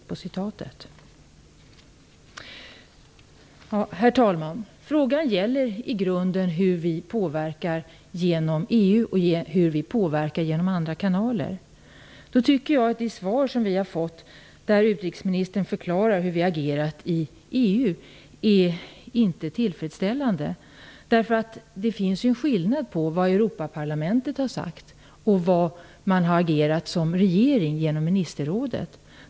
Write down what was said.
Herr talman! Frågan gäller i grunden hur vi påverkar genom EU och genom andra kanaler. Jag tycker att det svar som vi har fått, där utrikesministern förklarar hur vi agerat i EU, inte är tillfredsställande. Det finns en skillnad när det gäller vad Europaparlamentet har sagt och hur man har agerat som regering i ministerrådet.